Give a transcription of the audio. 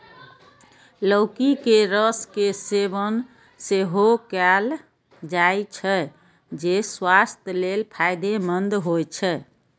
लौकी के रस के सेवन सेहो कैल जाइ छै, जे स्वास्थ्य लेल फायदेमंद होइ छै